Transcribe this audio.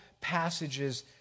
passages